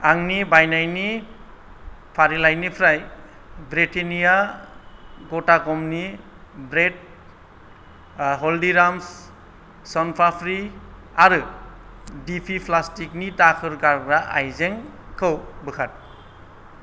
आंनि बायनायनि फारिलाइनिफ्राय ब्रिटेननिया गथा गमनि ब्रेड हलदिराम्स स'न पाप्रि आरो डिपि प्लास्टिकनि दाखोर गारग्रा आयजेंखौ बोखार